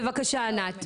ענת, בבקשה.